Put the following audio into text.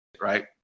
right